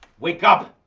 wake up!